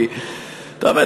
כי אתה אומר,